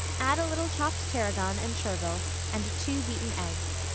add a little chopped tarragon and chervil and two beaten eggs.